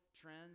trends